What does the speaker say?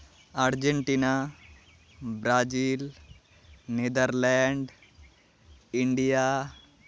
Argentina Brazil Netherlands India